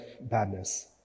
badness